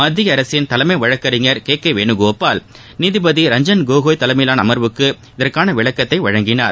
மத்திய அரசின் தலைமை வழக்கறிஞர் கே கே வேணுகோபால் நீதிபதி ரஞ்சன் கோகோய் தலைமையிலான அமர்வுக்கு இதற்கான விளக்கத்தை அளித்தார்